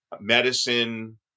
medicine